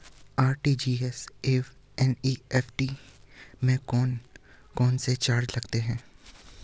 RTGS एवं NEFT में कौन कौनसे चार्ज लगते हैं?